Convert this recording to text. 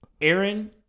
aaron